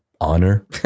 honor